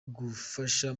gufasha